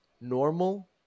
normal